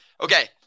Okay